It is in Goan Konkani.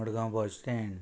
Madgaon bus stand